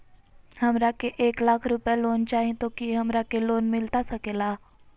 हमरा के एक लाख रुपए लोन चाही तो की हमरा के लोन मिलता सकेला?